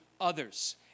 others